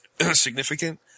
significant